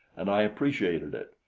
and i appreciated it.